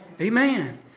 Amen